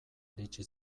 iritsi